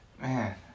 Man